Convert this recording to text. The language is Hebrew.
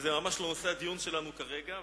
זה ממש לא נושא הדיון שלנו כרגע.